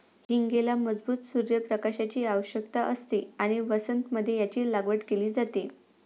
हींगेला मजबूत सूर्य प्रकाशाची आवश्यकता असते आणि वसंत मध्ये याची लागवड केली जाते